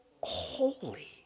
holy